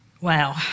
Wow